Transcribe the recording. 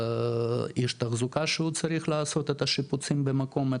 איש תחזוקה שהוא צריך לעשות את השיפוצים במקום,